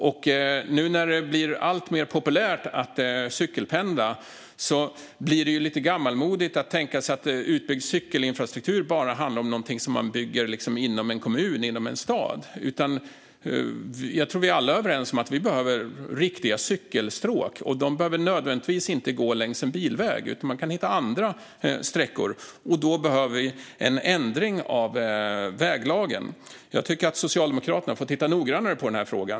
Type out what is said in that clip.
Det har blivit alltmer populärt att cykelpendla, och då blir det lite gammalmodigt att tänka sig att utbyggd cykelinfrastruktur bara handlar om något som byggs inom en kommun eller stad. Jag tror att vi alla är överens om att riktiga cykelstråk behövs. De behöver inte nödvändigtvis gå längs en bilväg, utan man kan hitta andra sträckor. För det behövs en ändring av väglagen. Jag tycker att Socialdemokraterna ska titta mer noggrant på denna fråga.